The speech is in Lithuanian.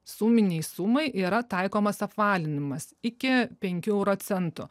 suminei sumai yra taikomas apvalinimas iki penkių euro centų